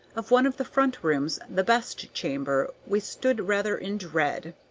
of one of the front rooms, the best chamber, we stood rather in dread.